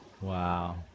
Wow